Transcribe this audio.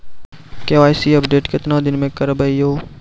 KYC update केतना दिन मे करेबे यो?